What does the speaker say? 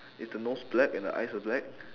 is the nose black and the eyes are black